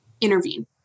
intervene